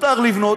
מותר לבנות,